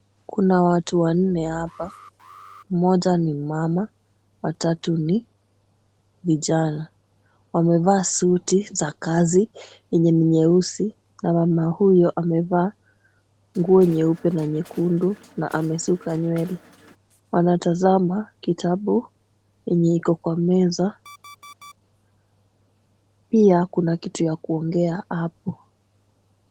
Kuna watu wanne hapa; mmoja ni mmama , watatu ni vijana. Wamevaa suti za kazi yenye ni nyeusi na mama huyo amevaa nguo nyeupe na nyekundu na amesuka nywele. Wanatazama kitabu yenye iko kwa meza. Pia kuna kitu ya kuongea hapo.